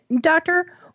Doctor